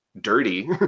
dirty